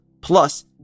Plus